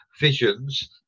visions